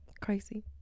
crazy